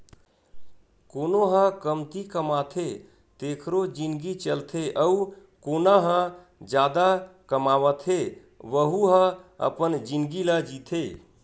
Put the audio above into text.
कोनो ह कमती कमाथे तेखरो जिनगी चलथे अउ कोना ह जादा कमावत हे वहूँ ह अपन जिनगी ल जीथे